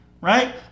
right